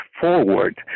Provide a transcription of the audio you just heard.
forward